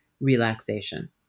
relaxation